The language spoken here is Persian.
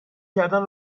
کردن